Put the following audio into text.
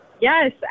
yes